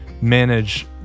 manage